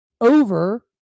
over